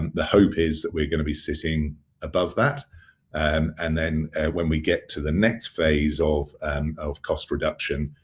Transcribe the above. the hope is that we're gonna be sitting above that and and then when we get to the next phase of um of cost reduction,